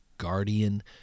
guardian